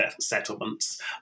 settlements